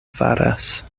faras